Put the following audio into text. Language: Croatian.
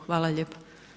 Hvala lijepo.